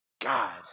God